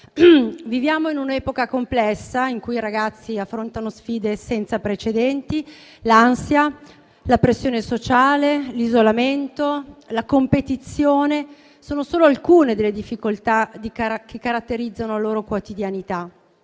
Viviamo in un'epoca complessa, in cui i ragazzi affrontano sfide senza precedenti: l'ansia, la pressione sociale, l'isolamento e la competizione sono solo alcune delle difficoltà che caratterizzano la loro quotidianità.